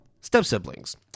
step-siblings